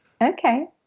Okay